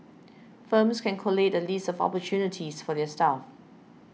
firms can collate a list of opportunities for their staff